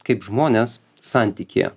kaip žmonės santykyje